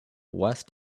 west